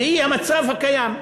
והיא המצב הקיים,